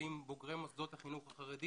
לחיילים בוגרי מוסדות החינוך החרדי